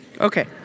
Okay